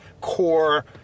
core